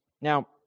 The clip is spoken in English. Now